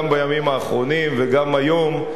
גם בימים האחרונים וגם היום,